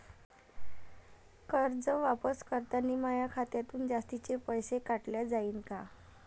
कर्ज वापस करतांनी माया खात्यातून जास्तीचे पैसे काटल्या जाईन का?